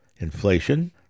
inflation